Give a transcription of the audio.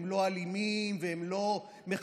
והם לא אלימים,